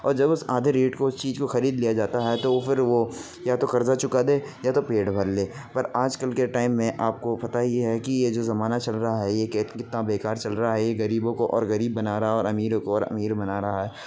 اور جب اس آدھے ریٹ کو اس چیز کو خرید لیا جاتا ہے تو پھر وہ یا تو قرضہ چکا دے یا تو پیٹ بھر لے پر آجکل کے ٹائم میں آپ کو پتا ہی ہے کہ یہ جو زمانہ چل رہا ہے یہ کہ کتنا بےکار چل رہا ہے یہ غریبوں کو اور غریب بنا رہا ہے اور امیروں کو اور امیر بنا رہا ہے